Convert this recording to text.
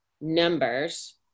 numbers